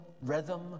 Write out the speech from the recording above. rhythm